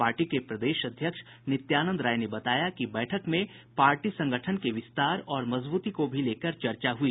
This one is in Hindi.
पार्टी के प्रदेश अध्यक्ष नित्यानंद राय ने बताया कि बैठक में पार्टी संगठन के विस्तार और मजबूती को लेकर भी चर्चा हुई